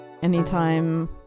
anytime